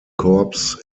korps